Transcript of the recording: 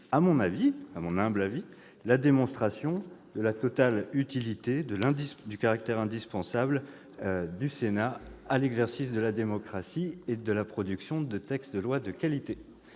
à mon humble avis, la démonstration de la totale utilité et du caractère indispensable du Sénat à l'exercice de la démocratie et de la production de textes de loi de qualité.